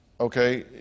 Okay